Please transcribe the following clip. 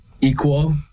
equal